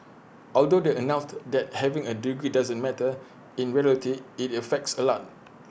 although they announced that having A degree doesn't matter in reality IT affects A lot